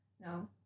No